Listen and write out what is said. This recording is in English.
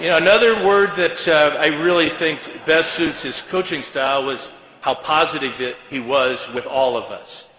yeah another word that i really think best suits his coaching style was how positive he was with all of us.